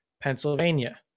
Pennsylvania